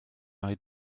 mae